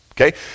Okay